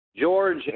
George